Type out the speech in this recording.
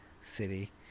city